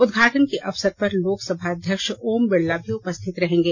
उदघाटन के अवसर पर लोकसभा अध्यक्ष ओम बिड़ला भी उपस्थित रहेंगे